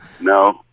No